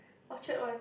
Orchard one